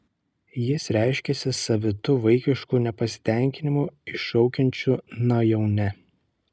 jis reiškiasi savitu vaikišku nepasitenkinimu iššaukiančiu na jau ne